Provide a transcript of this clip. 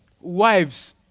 Wives